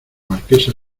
marquesa